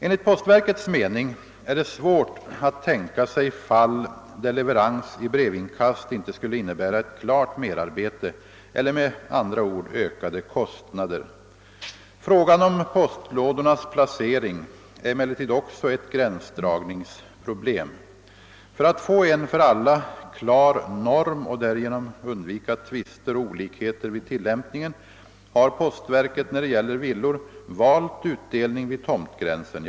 Enligt postverkets mening är det svårt att tänka sig fall, där leverans i brevinkast inte skulle innebära ett klart merarbete eller med andra ord ökade kostnader. Frågan om postlådornas placering är emellertid också ett gränsdragningsproblem. För att få en för alla klar norm och därigenom undvika tvister och olikheter vid tillämpningen har postverket, när det gäller villor, valt utdelning vid tomtgränsen.